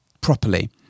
properly